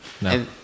No